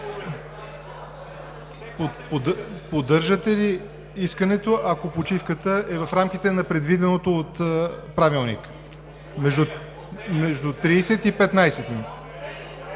Поддържате ли искането, ако почивката е в рамките на предвиденото от Правилника – между 15 и 30